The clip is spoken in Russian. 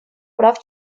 прав